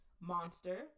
monster